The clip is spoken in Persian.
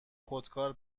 خودکار